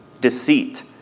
deceit